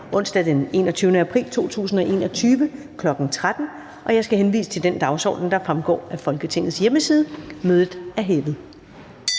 onsdag den 21. april 2021, kl. 13.00. Jeg henviser til den dagsorden, der fremgår af Folketingets hjemmeside. Mødet er hævet.